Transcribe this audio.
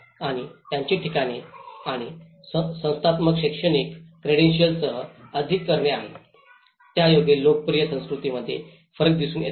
आणि त्याची ठिकाणे आणि संस्थात्मक शैक्षणिक क्रेडेन्शियलसह अधिक करणे आहे ज्यायोगे लोकप्रिय संस्कृतींमध्ये फरक दिसून येतो